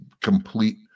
complete